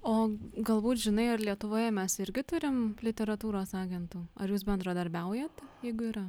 o galbūt žinai ar lietuvoje mes irgi turim literatūros agentų ar jūs bendradarbiaujate jeigu yra